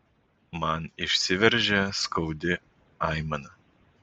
man išsiveržia skaudi aimana